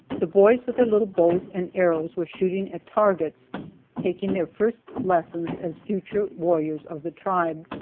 the boys with their little bows and arrows were shooting at targets taking their first lessons as future warriors of the tribe.